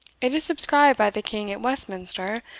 it is subscribed by the king at westminster,